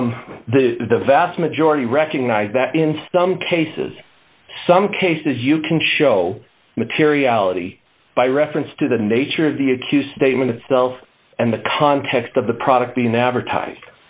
the the vast majority recognize that in some cases some cases you can show materiality by reference to the nature of the accused statement itself and the context of the product being advertised